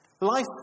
Life